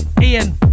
Ian